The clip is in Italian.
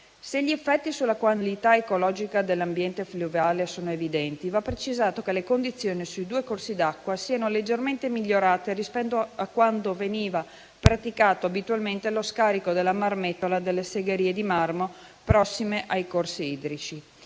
Se gli effetti sulla qualità ecologica dell'ambiente fluviale sono evidenti, va precisato che le condizioni sui due corsi d'acqua sono leggermente migliorate rispetto a quando veniva praticato abitualmente lo scarico della marmettola dalle segherie di marmo prossime ai corsi idrici.